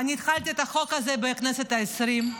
התחלתי אותו בכנסת העשרים.